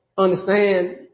understand